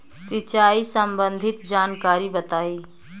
सिंचाई संबंधित जानकारी बताई?